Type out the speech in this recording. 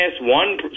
one